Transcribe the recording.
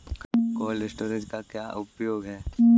Cold storage का क्या उपयोग है?